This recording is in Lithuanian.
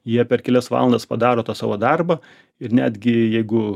jie per kelias valandas padaro tą savo darbą ir netgi jeigu